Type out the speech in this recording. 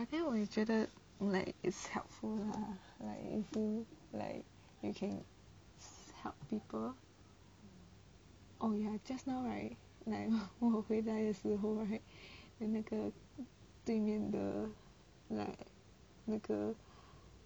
but then 我也觉得 like it's helpful lah like okay like you can help people oh ya have just now right like 我回来的时候 right then 那个对面的 like 那个